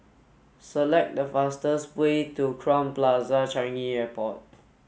select the fastest way to Crowne Plaza Changi Airport